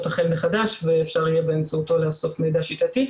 תחל מחדש ואפשר יהיה באמצעותו לאסוף מידע שיטתי,